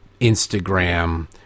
Instagram